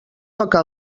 toca